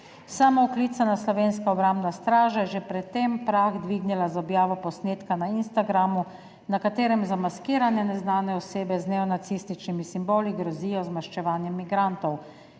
Samooklicana slovenska obrambna straža je že pred tem prah dvignila z objavo posnetka na Instagramu, na katerem zamaskirane neznane osebe z neonacističnimi simboli grozijo z maščevanjem migrantov.